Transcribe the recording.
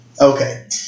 Okay